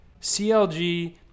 CLG